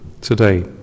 today